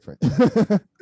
different